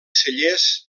cellers